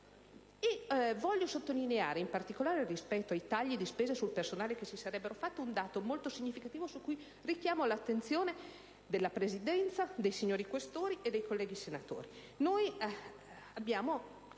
poi sottolineare, in particolare rispetto ai tagli di spesa sul personale che si sarebbero fatti, un dato molto significativo su cui richiamo l'attenzione della Presidenza, dei signori Questori e dei colleghi senatori. Noi abbiamo